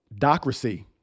Docracy